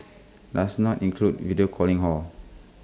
does not include video calling hor